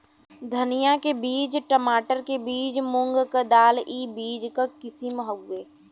धनिया के बीज, छमाटर के बीज, मूंग क दाल ई बीज क किसिम हउवे